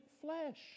flesh